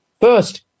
first